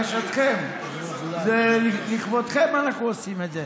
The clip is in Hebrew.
לבקשתכם, לכבודכם אנחנו עושים את זה.